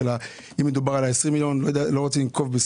20 מיליון או סכום שאני לא רוצה לנקוב,